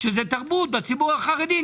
שזה תרבות בציבור החרדי.